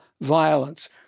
violence